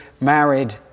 married